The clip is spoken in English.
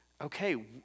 okay